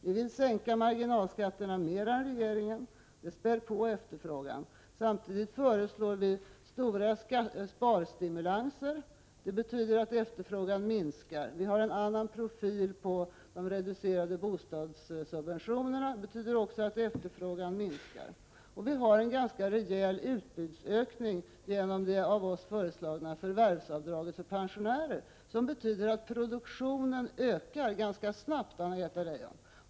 Vi vill sänka marginalskatterna mer än regeringen; det späder på efterfrågan. Samtidigt föreslår vi stora sparstimulanser. Det betyder att efterfrågan minskar. Vi har en annan profil på de reducerade bostadssubventionerna. Det betyder också att efterfrågan minskar. Vi har en ganska rejäl utbudsökning genom det av oss föreslagna förvärvsavdraget för pensionärer, som betyder att produktionen ökar ganska snabbt.